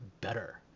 better